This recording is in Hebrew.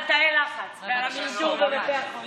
תאי הלחץ והמכשור בבתי החולים.